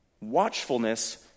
Watchfulness